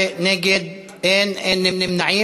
בעד, 14, נגד אין, אין נמנעים.